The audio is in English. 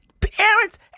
Parents